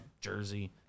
Jersey